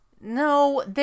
No